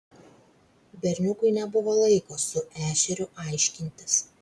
berniukui nebuvo laiko su ešeriu aiškintis